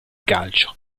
calcio